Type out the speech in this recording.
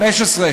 2015,